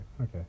okay